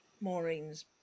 Maureen's